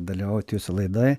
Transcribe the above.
dalyvaut jūsų laidoj